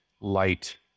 light